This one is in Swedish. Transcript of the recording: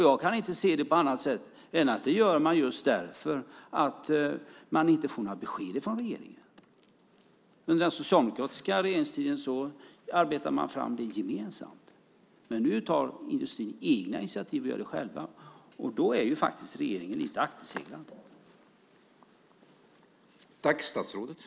Jag kan inte se annat än att man gör det just därför att man inte får några besked från regeringen. Under den socialdemokratiska regeringstiden arbetades sådant fram gemensamt, men nu tar industrin egna initiativ och gör det själv. Då är regeringen faktiskt lite akterseglad.